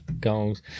goals